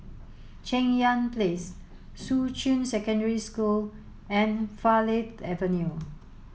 Cheng Yan Place Shuqun Secondary School and Farleigh Avenue